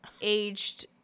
Aged